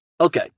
Okay